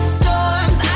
storms